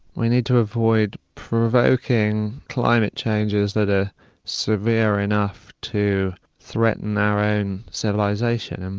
we need to avoid provoking climate changes that are severe enough to threaten our own civilisation. and